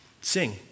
sing